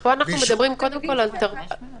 באישור --- פה אנחנו מדברים קודם כל על בחוץ,